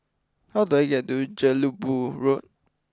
how do I get to Jelebu Road